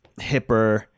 hipper